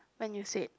when you said